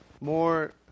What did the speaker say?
more